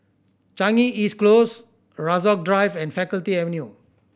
Changi East Close Rasok Drive and Faculty Avenue